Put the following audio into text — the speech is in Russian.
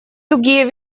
тугие